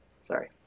sorry